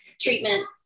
treatment